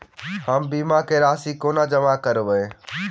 हम बीमा केँ राशि कोना जमा करबै?